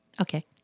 Okay